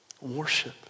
worship